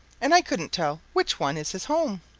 and i couldn't tell which one is his home.